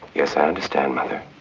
yes, i understand mother.